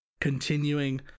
continuing